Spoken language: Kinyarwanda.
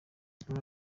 dore